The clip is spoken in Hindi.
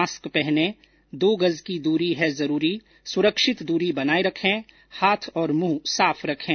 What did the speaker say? मास्क पहनें दो गज की दूरी है जरूरी सुरक्षित दूरी बनाए रखें हाथ और मुंह साफ रखें